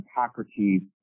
Hippocrates